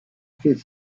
fait